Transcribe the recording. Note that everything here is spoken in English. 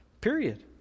Period